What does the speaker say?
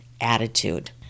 attitude